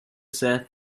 said